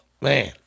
man